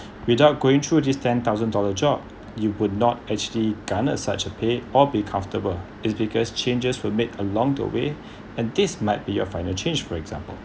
without going through this ten thousand dollar job you could not actually garnered such a pay or be comfortable is because changes were made along the way and this might be a final change for example